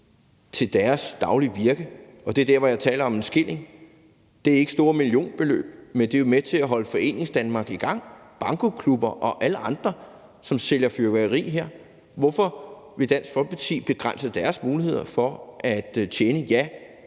til deres daglige virke, og det er der, hvor jeg taler om en skilling; det er ikke store millionbeløb, men det er jo med til at holde Foreningsdanmark i gang – bankoklubber og alle andre, som sælger fyrværkeri her. Hvorfor vil Dansk Folkeparti begrænse deres muligheder for at tjene